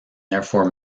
therefore